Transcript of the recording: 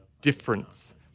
difference